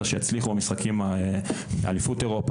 שיצליחו במשחקים אליפות אירופה,